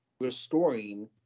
restoring